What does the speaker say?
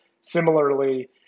Similarly